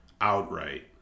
Outright